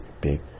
big